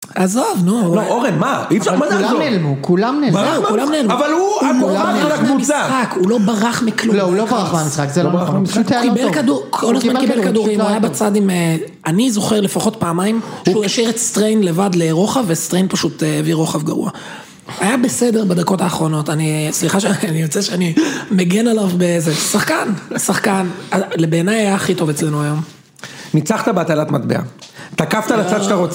עזוב, נו. לא, אורן, מה? כולם נעלמו, כולם נעלמו. אבל הוא המורך של הקבוצה. הוא לא ברח מכלום. לא, הוא לא ברח במשחק, זה לא ברח. קיבל כדור, כל הזמן קיבל כדור. הוא היה בצד עם, אני זוכר לפחות פעמיים, שהוא השאיר את סטריין לבד לרוחב, וסטריין פשוט הביא רוחב גרוע. היה בסדר בדקות האחרונות. אני, סליחה, אני רוצה שאני מגן עליו באיזה, שחקן. שחקן. לבעיניי היה הכי טוב אצלנו היום. ניצחת בתעלת מטבע. תקפת לצד שאתה רוצה.